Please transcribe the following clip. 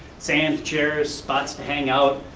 sand, chairs, spots to hang out,